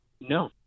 No